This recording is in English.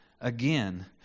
Again